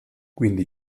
quindi